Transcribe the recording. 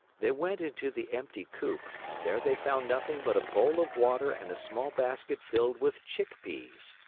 they went into the empty coop and there they found nothing but a bowl of water and a small basket filled with chick-peas.